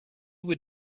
would